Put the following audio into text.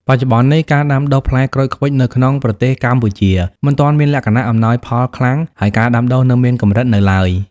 បច្ចុប្បន្ននេះ ការដាំដុះផ្លែក្រូចឃ្វិចនៅក្នុងប្រទេសកម្ពុជា មិនទាន់មានលក្ខណៈអំណោយផលខ្លាំង ហើយការដាំដុះនៅមានកម្រិតនៅឡើយ។